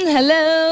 Hello